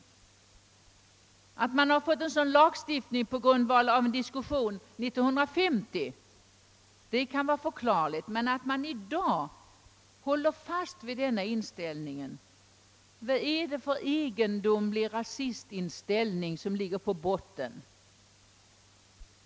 Det kan vara förklarligt att vi fick en sådan lagstiftning efter den diskussion som fördes på 1950 talet, men att i dag hålla fast vid en sådan inställning är oförklarligt. Vad kan det vara för underlig rasistinställning som där ligger på botten?